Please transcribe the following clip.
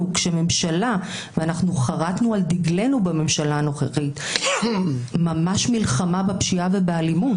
אנחנו חרתנו על דגלנו בממשלה הנוכחית ממש מלחמה בפשיעה ובאלימות,